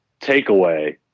takeaway